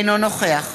אינו נוכח